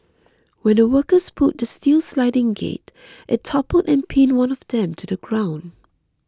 when the workers pulled the steel sliding gate it toppled and pinned one of them to the ground